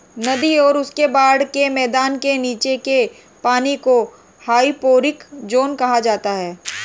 नदी और उसके बाढ़ के मैदान के नीचे के पानी को हाइपोरिक ज़ोन कहा जाता है